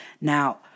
Now